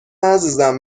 عزیزم